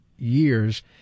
years